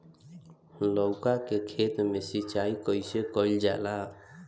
लउका के खेत मे सिचाई कईसे कइल जाला?